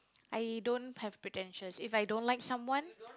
I don't have pretentious if I don't like someone